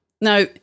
Now